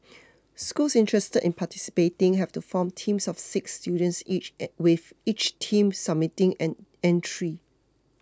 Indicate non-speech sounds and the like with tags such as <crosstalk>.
schools interested in participating have to form teams of six students each <noise> with each team submitting an entry